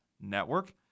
Network